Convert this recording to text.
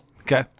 Okay